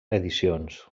edicions